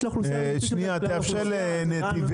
יש תכנית